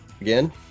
again